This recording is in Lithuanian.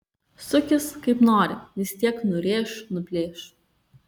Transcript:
sukis kaip nori vis tiek nurėš nuplėš